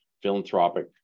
philanthropic